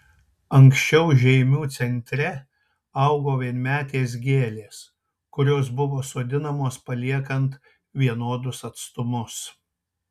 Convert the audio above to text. anksčiau žeimių centre augo vienmetės gėlės kurios buvo sodinamos paliekant vienodus atstumus